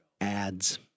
Ads